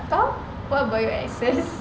kau what about your exes